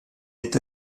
est